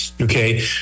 okay